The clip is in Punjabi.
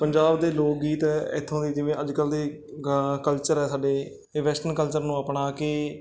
ਪੰਜਾਬ ਦੇ ਲੋਕ ਗੀਤ ਹੈ ਇੱਥੋਂ ਦੇ ਜਿਵੇਂ ਅੱਜ ਕੱਲ੍ਹ ਦੇ ਗ ਕਲਚਰ ਆ ਸਾਡੇ ਇਹ ਵੈਸਟਰਨ ਕਲਚਰ ਨੂੰ ਆਪਣਾ ਕੇ